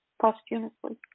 posthumously